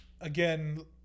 again